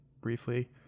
briefly